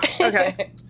okay